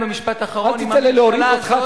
אל תיתן לי להוריד אותך,